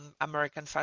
American